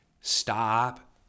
Stop